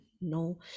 no